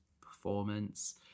performance